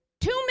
Two